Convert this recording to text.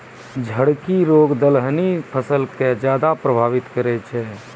झड़की रोग दलहनी फसल के ज्यादा प्रभावित करै छै